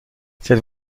cette